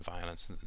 violence